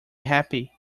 happy